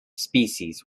species